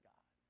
God